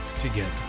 together